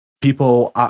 People